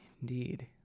indeed